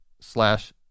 slash